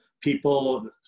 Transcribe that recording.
people